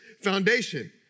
foundation